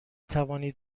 توانید